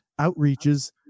outreaches